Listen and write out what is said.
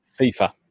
FIFA